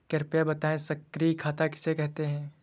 कृपया बताएँ सक्रिय खाता किसे कहते हैं?